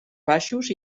baixos